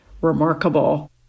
remarkable